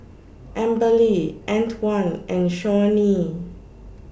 Amberly Antwon and Shawnee